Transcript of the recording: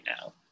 now